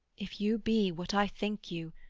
if you be, what i think you,